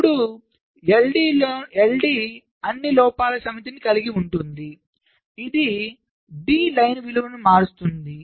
ఇప్పుడు LD అన్ని లోపాల సమితిని కలిగి ఉంటుంది ఇది D పంక్తి విలువను మారుస్తుంది